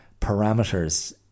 parameters